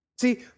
See